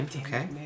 Okay